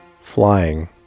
flying